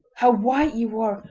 how white you are!